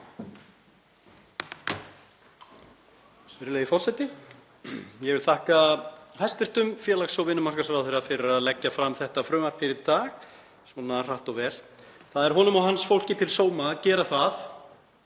Virðulegi forseti. Ég vil þakka hæstv. félags- og vinnumarkaðsráðherra fyrir að leggja fram þetta frumvarp hér í dag svona hratt og vel. Það er honum og hans fólki til sóma að gera það.